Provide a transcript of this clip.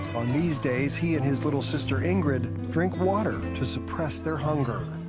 on these days, he and his little sister, ingrid, drink water to suppress their hunger.